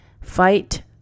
Fight